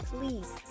please